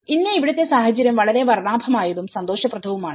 ഇന്ന് ഇവിടുത്തെ സാഹചര്യം വളരെ വർണ്ണാഭമായതും സന്തോഷപ്രദവുമാണ്